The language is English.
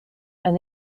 and